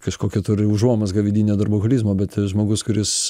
kažkokią turi užuomazgą vidinę darboholizmo bet žmogus kuris